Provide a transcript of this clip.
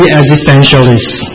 existentialists